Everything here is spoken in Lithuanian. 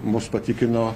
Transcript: mus patikino